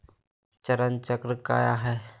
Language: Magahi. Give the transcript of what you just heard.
चरण चक्र काया है?